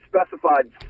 specified